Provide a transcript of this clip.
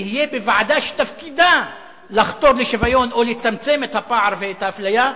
יהיה בוועדה שתפקידה לחתור לשוויון או לצמצם את הפער ואת האפליה,